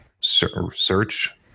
search